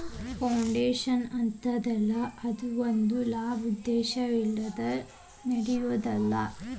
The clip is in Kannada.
ಫೌಂಡೇಶನ್ ಅಂತದಲ್ಲಾ, ಅದು ಒಂದ ಲಾಭೋದ್ದೇಶವಿಲ್ಲದ್ ನಿಗಮಾಅಗಿರ್ತದ